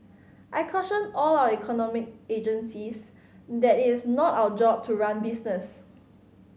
I caution all our economic agencies that it's not our job to run business